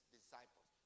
disciples